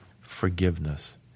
forgiveness